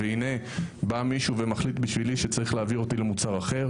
והנה בא מישהו ומחליט בשבילי שצריך להעביר אותי למוצר אחר.